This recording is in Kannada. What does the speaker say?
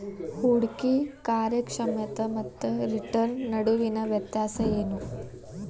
ಹೂಡ್ಕಿ ಕಾರ್ಯಕ್ಷಮತೆ ಮತ್ತ ರಿಟರ್ನ್ ನಡುವಿನ್ ವ್ಯತ್ಯಾಸ ಏನು?